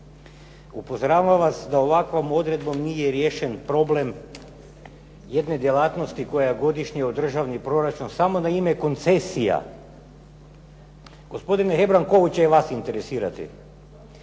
Upozoravam vas da ovakvom odredbom nije riješen problem jedne djelatnosti koja godišnje u državni proračun, samo na ime koncesija. Gospodine Hebrang koju će vas interesirati.